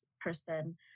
person